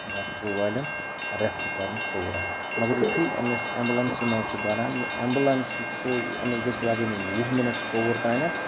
hospital والٮ۪ن refer کَرُن صوورہ مگر یُتھُے أمِس اٮ۪مبُلٮ۪نسہِ منٛز چھِ بَران یہِ اٮ۪مبُلنٕس یہِ چھُے أمِس گژھِ لَگٕنۍ یہِ وُہ مِںٹ صوٚوُر تانٮ۪تھ